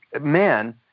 men